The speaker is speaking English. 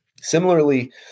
Similarly